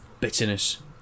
bitterness